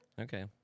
Okay